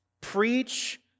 preach